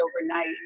overnight